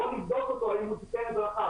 נבדוק אם הוא תיקן את דרכיו,